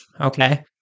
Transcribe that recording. okay